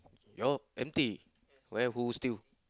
your empty where who steal